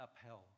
upheld